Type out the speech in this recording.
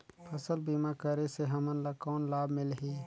फसल बीमा करे से हमन ला कौन लाभ मिलही?